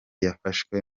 yafashwe